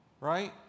right